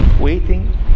waiting